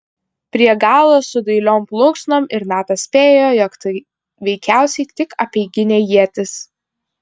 prie galo su dailiom plunksnom ir natas spėjo jog tai veikiausiai tik apeiginė ietis